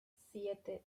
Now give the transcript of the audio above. siete